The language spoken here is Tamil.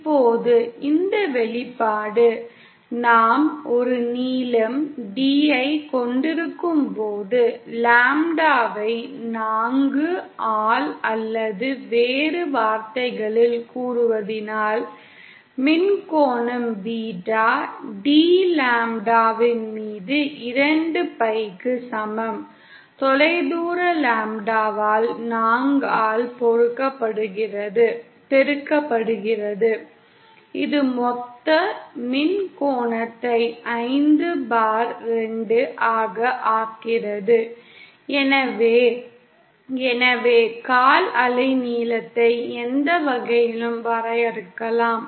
இப்போது இந்த வெளிப்பாடு நாம் ஒரு நீளம் D ஐக் கொண்டிருக்கும்போது லாம்ப்டாவை 4 ஆல் அல்லது வேறு வார்த்தைகளில் கூறுவதானால் மின் கோணம் பீட்டா D லாம்ப்டாவின் மீது 2 பைக்கு சமம் தொலைதூர லாம்ப்டாவால் 4 ஆல் பெருக்கப்படுகிறது இது மொத்த மின் கோணத்தை 52 ஆக ஆக்குகிறது எனவே எனவே கால் அலைநீளத்தை எந்த வகையிலும் வரையறுக்கலாம்